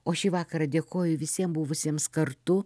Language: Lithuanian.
o šį vakarą dėkoju visiem buvusiems kartu